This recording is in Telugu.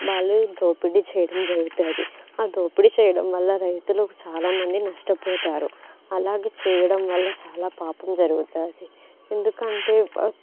వాళ్ళు దోపిడీ చేయడం జరుగుతుంది ఆ దోపిడీ చేయడం వల్ల రైతులకు చాలామంది నష్టపోతారు అలాగా చేయడం వల్ల చాలా పాపం జరుగుతుంది ఎందుకంటే